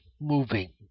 moving